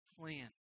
plan